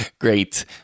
Great